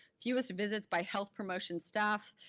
fewest visits by health promotion staff,